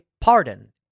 pardon